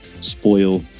spoil